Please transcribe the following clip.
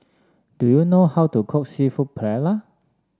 do you know how to cook seafood Paella